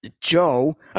Joe